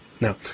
Now